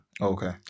Okay